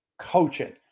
coaching